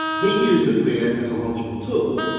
he used it there as a logical tool,